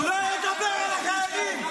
הוא לא ידבר על החיילים,